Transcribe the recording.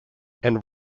and